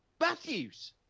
Matthews